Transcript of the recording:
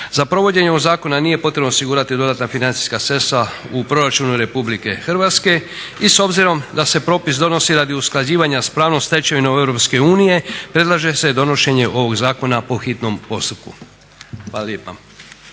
Za provođenje ovog zakona nije potrebno osigurati dodatna financijska sredstva u proračunu RH i s obzirom da se propis donosi radi usklađivanja s pravnom stečevinom EU predlaže se donošenje ovog zakona po hitnom postupku.